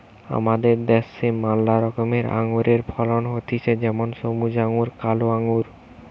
আমাদের দ্যাশে ম্যালা রকমের আঙুরের ফলন হতিছে যেমন সবুজ আঙ্গুর, কালো আঙ্গুর